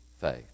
faith